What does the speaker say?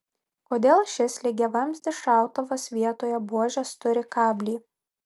kodėl šis lygiavamzdis šautuvas vietoje buožės turi kablį